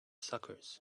suckers